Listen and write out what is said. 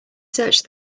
search